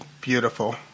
beautiful